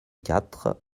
quatre